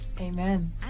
Amen